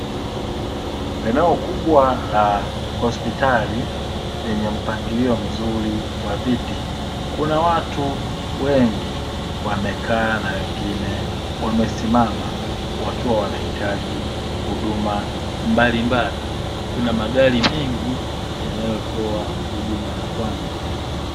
Eneo kubwa la hospitali, lenye mpangilio mzuri wa viti. Kuna watu wengiwamekaa na wengine wamesimama, wakiwa wanahitaji huduma mbalimbali. Kuna magari mengi yanayotoa huduma ya kwanza.